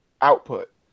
output